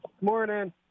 Morning